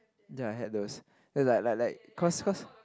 ya I had those and like like like cause cause